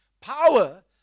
power